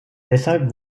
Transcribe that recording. deshalb